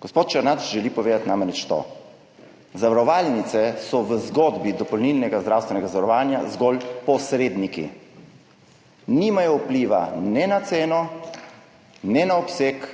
Gospod Černač želi povedati namreč to. Zavarovalnice so v zgodbi dopolnilnega zdravstvenega zavarovanja zgolj posredniki, nimajo vpliva ne na ceno ne na obseg